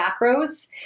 macros